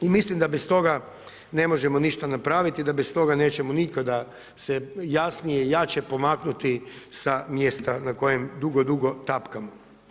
I mislim da bez toga ne možemo ništa napraviti, da bez toga nećemo nikada se jasnije i jače pomaknuti sa mjesta na kojem dugo, dugo tapkamo.